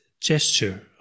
gesture